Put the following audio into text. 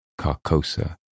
Carcosa